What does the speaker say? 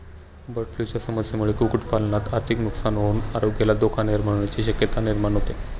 बर्डफ्लूच्या समस्येमुळे कुक्कुटपालनात आर्थिक नुकसान होऊन आरोग्याला धोका निर्माण होण्याची शक्यता निर्माण होते